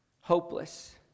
hopeless